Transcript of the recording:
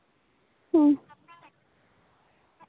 ᱦᱮᱸ